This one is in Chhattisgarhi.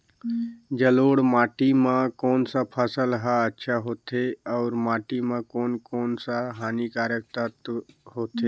जलोढ़ माटी मां कोन सा फसल ह अच्छा होथे अउर माटी म कोन कोन स हानिकारक तत्व होथे?